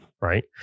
Right